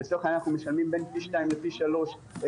אנחנו משלמים פי שניים ושלושה